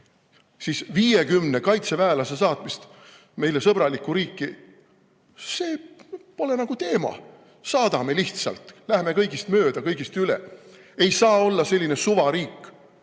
siis 50 kaitseväelase saatmine meile sõbralikku riiki – see pole nagu teema. Saadame lihtsalt, läheme kõigist mööda, kõigist üle. Ei saa olla selline suvariik!